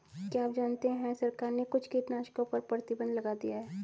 क्या आप जानते है सरकार ने कुछ कीटनाशकों पर प्रतिबंध लगा दिया है?